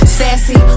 sassy